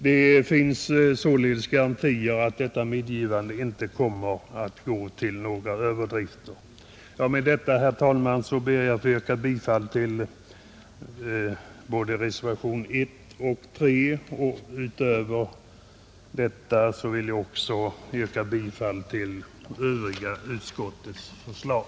Det finns således garantier för att detta medgivande inte kommer att gå till några överdrifter. Herr talman! Jag ber med det anförda att få yrka bifall till reservationerna 1 och 3. På övriga punkter ber jag att få yrka bifall till utskottets förslag.